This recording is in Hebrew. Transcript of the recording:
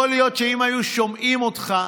יכול להיות שאם היו שומעים אותך,